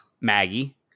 Maggie